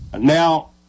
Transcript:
now